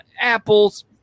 Apple's